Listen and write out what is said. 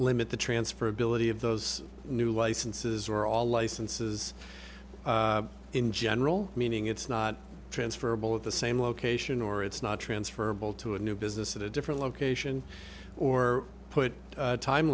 limit the transferability of those new licenses are all licenses in general meaning it's not transferable at the same location or it's not transferable to a new business at a different location or put time